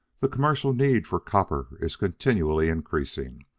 the commercial need for copper is continually increasing.